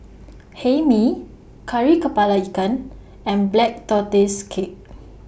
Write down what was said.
Hae Mee Kari Kepala Ikan and Black Tortoise Cake